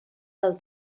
del